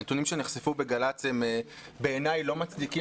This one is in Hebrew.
הנתונים שנחשפו בגל"צ הם בעיניי לא מצדיקים